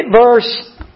verse